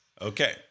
Okay